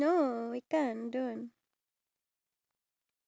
um sotong fishball soup